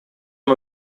нам